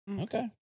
okay